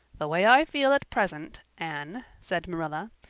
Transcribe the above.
the way i feel at present, anne, said marilla,